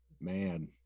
man